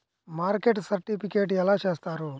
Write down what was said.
Market certification ఎలా చేస్తారు?